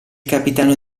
capitano